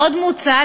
עוד מוצע,